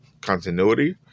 continuity